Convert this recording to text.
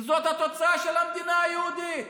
כי זו התוצאה של המדינה היהודית.